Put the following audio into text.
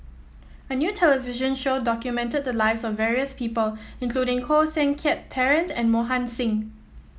a new television show documented the lives of various people including Koh Seng Kiat Terence and Mohan Singh